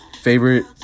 Favorite